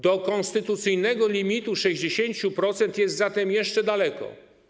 Do konstytucyjnego limitu 60% jest zatem jeszcze daleko.